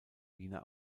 wiener